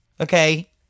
Okay